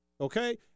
okay